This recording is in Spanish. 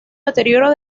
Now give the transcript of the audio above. deterioro